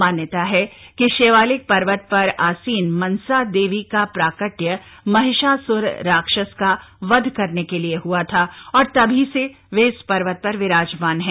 मान्यता है कि शिवालिक पर्वत पर आसीन मनसा देवी का प्राकट्य महिसास्र राक्षस का वध करने के लिए हुआ था और तब ही से वे इस पर्वत पर विराजमान है